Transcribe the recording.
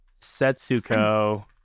Setsuko